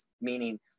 meaning